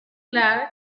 clar